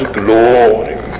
glory